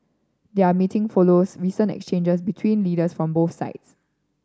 their meeting follows recent exchanges between leaders from both sides